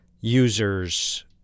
users